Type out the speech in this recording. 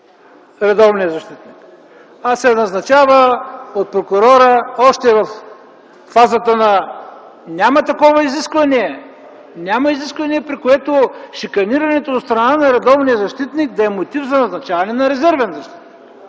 редовният защитник, а се назначава от прокурора още във фазата на… Няма такова изискване! Няма изискване, при което шиканирането от страна на редовния защитник да е мотив за назначаване на резервен защитник!